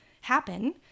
happen